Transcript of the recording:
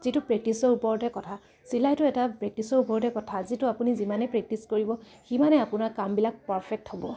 যিটো প্ৰেক্টিচৰ ওপৰতে কথা চিলাইটো এটা প্ৰেক্টিছৰ ওপৰতে কথা যিটো আপুনি যিমানেই প্ৰেক্টিছ কৰিব সিমানে আপোনাৰ কামবিলাক পাৰফেক্ট হ'ব